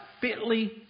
fitly